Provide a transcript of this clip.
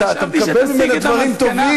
חשבתי שאתה, אתה מקבל ממנה דברים טובים.